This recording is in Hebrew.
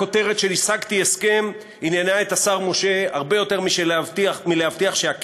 הכותרת של "השגתי הסכם" עניינה את השר משה הרבה יותר מלהבטיח שהכסף,